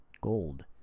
gold